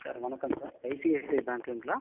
sir வணக்கம் sir ICICI பேங்க்குங்களா